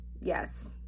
Yes